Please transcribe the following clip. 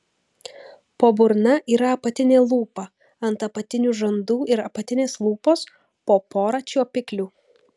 po burna yra apatinė lūpa ant apatinių žandų ir apatinės lūpos po porą čiuopiklių